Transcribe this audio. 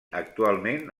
actualment